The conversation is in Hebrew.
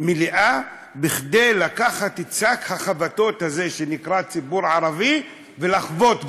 מליאה כדי לקחת את שק החבטות הזה שנקרא הציבור הערבי ולחבוט בו: